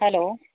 hello